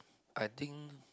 I think